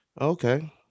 Okay